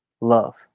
love